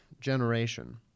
generation